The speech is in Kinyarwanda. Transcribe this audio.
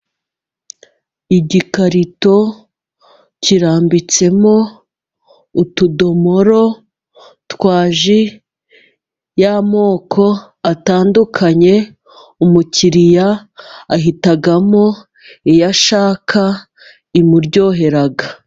Igikarito kirambitsemo utudomoro twa ji y'amoko atandukanye, umukiriya ahitamo iya ashaka imuryohera.